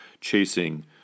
chasing